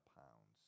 pounds